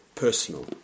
personal